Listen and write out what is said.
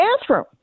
bathroom